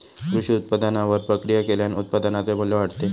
कृषी उत्पादनावर प्रक्रिया केल्याने उत्पादनाचे मू्ल्य वाढते